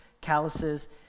calluses